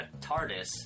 TARDIS